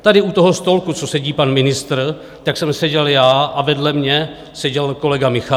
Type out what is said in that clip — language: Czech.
Tady u toho stolku, co sedí pan ministr, tak jsem seděl já a vedle mě seděl kolega Michálek.